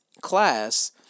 class